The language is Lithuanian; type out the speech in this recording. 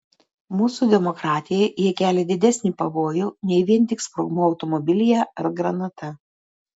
mūsų demokratijai jie kelia didesnį pavojų nei vien tik sprogmuo automobilyje ar granata